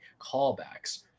Callbacks